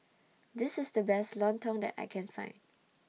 This IS The Best Lontong that I Can Find